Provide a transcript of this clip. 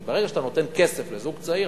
כי ברגע שאתה נותן כסף לזוג צעיר,